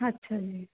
ਅੱਛਾ ਜੀ